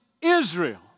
Israel